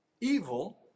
evil